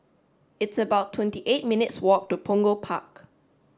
it's about twenty eight minutes' walk to Punggol Park